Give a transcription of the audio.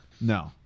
No